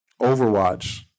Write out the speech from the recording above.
Overwatch